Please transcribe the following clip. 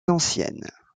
anciennes